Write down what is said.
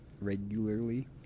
regularly